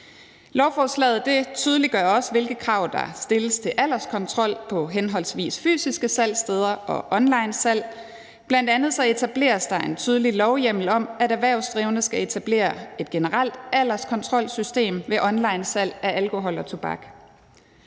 Lovforslaget tydeliggør også, hvilke krav der stilles til alderskontrol på henholdsvis fysiske salgssteder og onlinesalg. Bl.a. etableres der en tydelig lovhjemmel om, at erhvervsdrivende skal etablere et generelt alderskontrolsystem ved onlinesalg af alkohol og tobak.